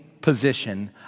position